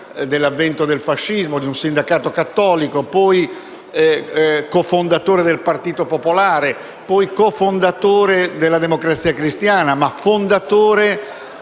Grazie,